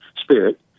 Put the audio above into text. Spirit